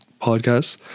podcasts